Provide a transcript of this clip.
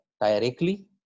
directly